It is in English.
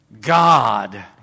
God